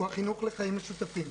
הוא החינוך לחיים משותפים.